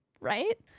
right